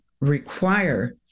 require